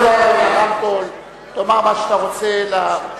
בבקשה, לך לרמקול, תאמר מה שאתה רוצה לפרוטוקול.